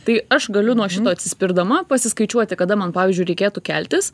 tai aš galiu nuo šito atsispirdama pasiskaičiuoti kada man pavyzdžiui reikėtų keltis